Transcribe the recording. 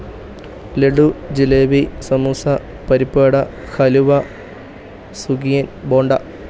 laddu jalebi samosa parippuvada halwa sukhiyan bonda